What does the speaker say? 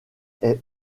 est